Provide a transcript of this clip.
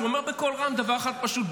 אומרים בקול רם דבר אחד פשוט,